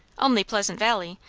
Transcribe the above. only pleasant valley,